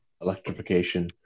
electrification